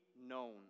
known